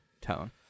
tone